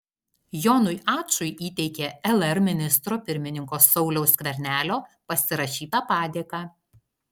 jonui ačui įteikė lr ministro pirmininko sauliaus skvernelio pasirašytą padėką